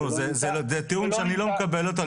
זה טיעון שאני לא מקבל אותו,